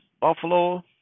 Buffalo